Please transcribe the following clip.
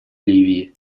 ливии